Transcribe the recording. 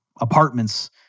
apartments